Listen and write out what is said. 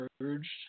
urged